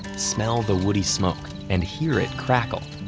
smell the woody smoke, and hear it crackle.